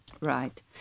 Right